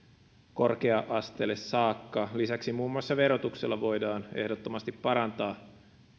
korkea asteelle saakka lisäksi muun muassa verotuksella voidaan ehdottomasti parantaa